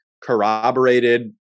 corroborated